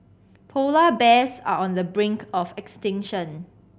polar bears are on the brink of extinction